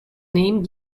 name